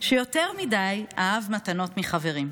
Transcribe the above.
שיותר מדי אהב מתנות מחברים.